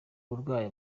abarwayi